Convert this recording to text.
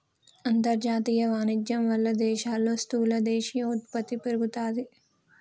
అంతర్జాతీయ వాణిజ్యం వాళ్ళ దేశాల్లో స్థూల దేశీయ ఉత్పత్తి పెరుగుతాది